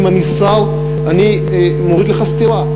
אם אני שר, אני מוריד לך סטירה.